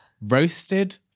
roasted